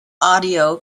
audio